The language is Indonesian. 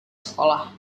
sekolah